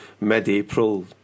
mid-April